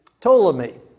Ptolemy